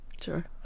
Sure